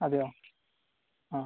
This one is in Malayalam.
അതെയാ ആ